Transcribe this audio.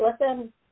listen